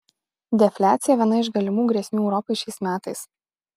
defliacija viena iš galimų grėsmių europai šiais metais